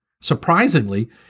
Surprisingly